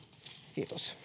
kiitos